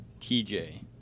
TJ